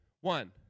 One